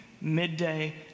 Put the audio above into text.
midday